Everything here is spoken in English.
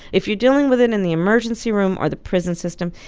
if you're dealing with it in the emergency room or the prison system,